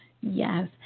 Yes